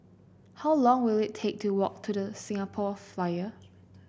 how long will it take to walk to The Singapore Flyer